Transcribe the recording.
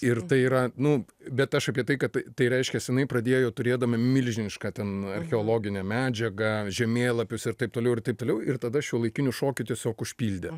ir tai yra nu bet aš apie tai kad tai reiškias jiniai pradėjo turėdami milžinišką ten archeologinę medžiagą žemėlapius ir taip toliau ir taip toliau ir tada šiuolaikiniu šokiu tiesiog užpildė